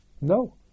No